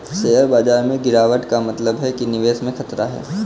share बाजार में गिराबट का मतलब है कि निवेश में खतरा है